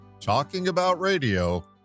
talkingaboutradio